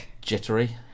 jittery